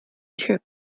trip